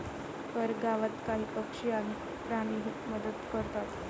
परगावात काही पक्षी आणि प्राणीही मदत करतात